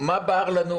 מה בער לנו